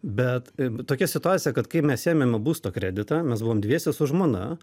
bet tokia situacija kad kaip mes ėmėme būsto kreditą mes buvom dviese su žmona